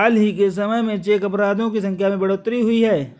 हाल ही के समय में चेक अपराधों की संख्या में बढ़ोतरी हुई है